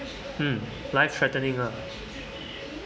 mm life threatening lah